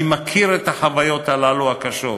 אני מכיר את החוויות האלה, הקשות.